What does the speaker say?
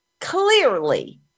clearly